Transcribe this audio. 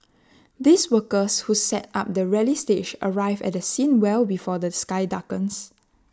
these workers who set up the rally stage arrive at the scene well before the sky darkens